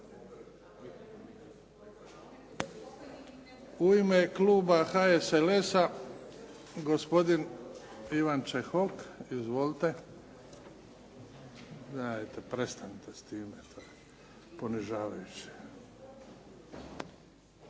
U ime kluba HSLS-a gospodin Ivan Čehok. Izvolite. Dajte prestanite s tim, to je ponižavajuće.